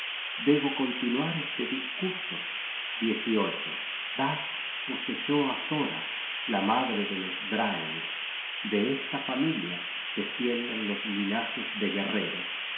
debo continuar este discurso dag poseyó á thora la madre de los draeng de esta familia descienden los linajes de guerreros